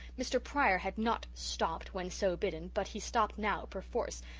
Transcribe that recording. mr. pryor had not stopped when so bidden, but he stopped now, perforce,